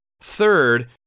Third